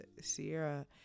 Sierra